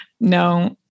No